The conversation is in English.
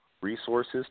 resources